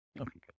Okay